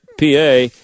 PA